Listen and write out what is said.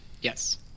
Yes